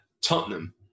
Tottenham